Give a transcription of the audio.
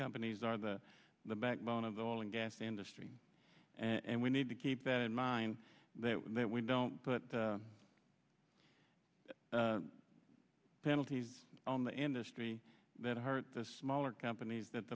companies are the backbone of the oil and gas industry and we need to keep that in mind that we don't put penalties on the industry that hurt the smaller companies that